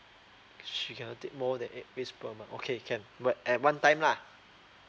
she cannot take more than eight weeks per month okay can but at one time lah